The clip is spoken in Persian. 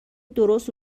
درست